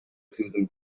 susan